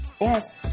Yes